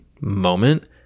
moment